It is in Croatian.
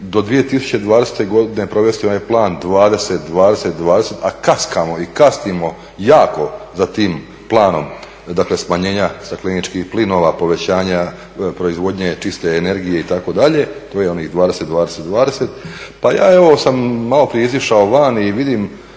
do 2020. godine provesti ovaj plan 20-20-20 a kaskamo, i kasnimo jako za tim planom dakle smanjenja stakleničkih plinova, povećanja proizvodnje čiste energije itd. to je onih 20-20-20. Pa ja evo sam maloprije izišao van i vidim